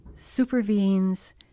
supervenes